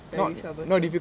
very troublesome